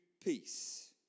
peace